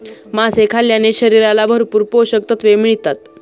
मासे खाल्ल्याने शरीराला भरपूर पोषकतत्त्वे मिळतात